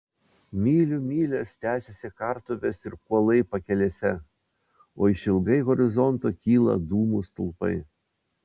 mylių mylias tęsiasi kartuvės ir kuolai pakelėse o išilgai horizonto kyla dūmų stulpai